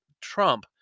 Trump